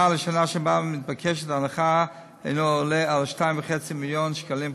לשנה שבה מתבקשת ההנחה אינו עולה על 2.5 מיליון ש"ח.